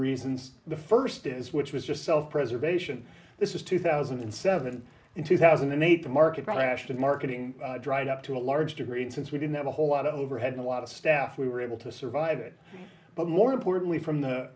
reasons the first is which was just self preservation this is two thousand and seven and two thousand and eight the market crashed and marketing dried up to a large degree and since we didn't have a whole lot of overhead a lot of staff we were able to survive it but more importantly from the